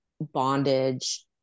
bondage